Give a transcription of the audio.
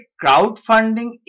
crowdfunding